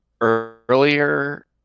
earlier